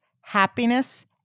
happiness